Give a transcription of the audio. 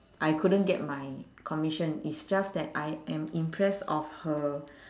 I couldn't get my commission is just that I am impress of her